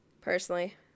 personally